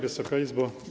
Wysoka Izbo!